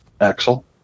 Axel